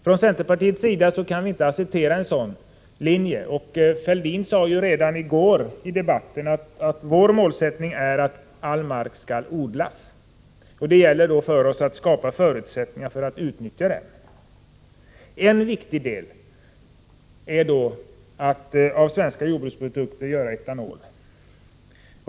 Från centerpartiets sida kan vi inte acceptera en sådan linje. Fälldin sade redan i går i debatten att vår målsättning är att all mark skall odlas. Det gäller för oss att skapa förutsättningar för att utnyttja marken. En viktig del i detta är att av svenska jordbruksprodukter framställa etanol.